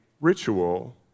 ritual